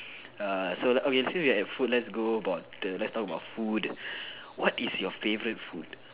err so lah so we are at food so let's go about the let's talk about food what is your favorite food